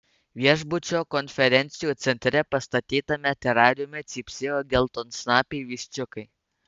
viešbučio konferencijų centre pastatytame terariume cypsėjo geltonsnapiai viščiukai